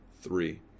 three